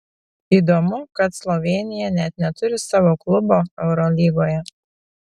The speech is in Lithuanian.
įdomu kad slovėnija net neturi savo klubo eurolygoje